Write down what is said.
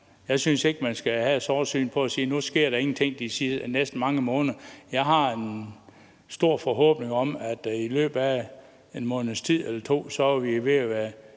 Jeg synes ikke, at man skal have et sortsyn på det og sige, at nu sker der ingenting i de næste mange måneder. Jeg har en stor forhåbning om, at i løbet af en måneds tid eller to er vi ved at være